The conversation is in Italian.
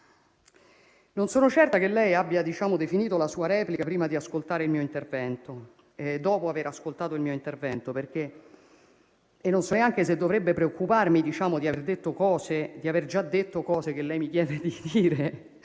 non sono certa che lei abbia definito la sua replica dopo aver ascoltato il mio intervento e non so neanche se dovrei preoccuparmi di aver già detto cose che lei mi chiede di dire